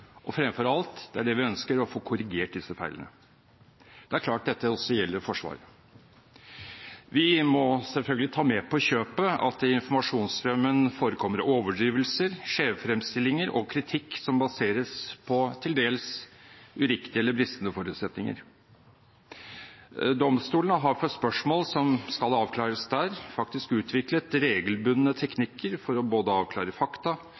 og, fremfor alt – det er det vi ønsker – for å få korrigert disse feilene. Det er klart dette også gjelder Forsvaret. Vi må selvfølgelig ta med på kjøpet at det i informasjonsstrømmen forekommer overdrivelser, skjevfremstillinger og kritikk som baseres på til dels uriktige eller bristende forutsetninger. Domstolene har fått spørsmål som skal avklares der. Det er faktisk utviklet regelbundne teknikker for både å avklare fakta,